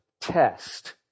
test